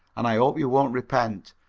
and i hope you won't repent.